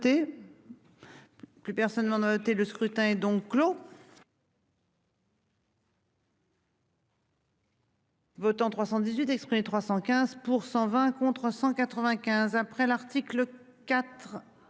Plus personne m'en noté le scrutin est donc clos. Votants 318 exprimes, 315 pour 120 contre 195 après l'article IV.